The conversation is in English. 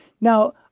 Now